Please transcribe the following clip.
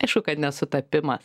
aišku kad nesutapimas